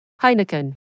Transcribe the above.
Heineken